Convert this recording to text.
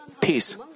peace